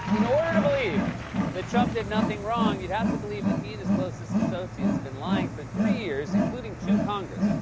in order to believe that trump did nothing wrong, you'd have to believe that he and his closest associates have been lying for three years, including to congress,